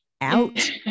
out